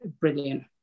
brilliant